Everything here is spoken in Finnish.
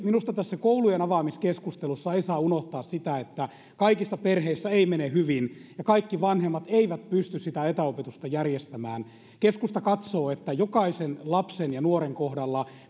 minusta tässä koulujenavaamiskeskustelussa ei saa unohtaa sitä että kaikissa perheissä ei mene hyvin ja kaikki vanhemmat eivät pysty sitä etäopetusta järjestämään keskusta katsoo että jokaisen lapsen ja nuoren kohdalla